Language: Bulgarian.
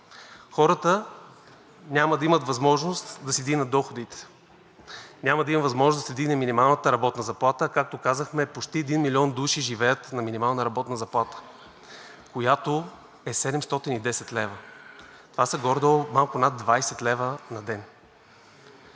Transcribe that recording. Хората няма да имат възможност да си вдигнат доходите. Няма да има възможност да се вдигне минималната работна заплата, а както казахме, почти 1 милион души живеят на минимална работна заплата, която е 710 лв. Това са горе-долу малко над 20 лв. на ден.